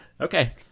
okay